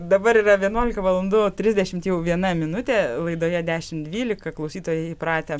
dabar yra vienuolika valandų trisdešimt viena minutė laidoje dešimt dvylika klausytojai įpratę